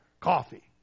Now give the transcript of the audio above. coffee